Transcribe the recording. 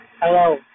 Hello